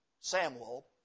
Samuel